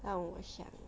让我想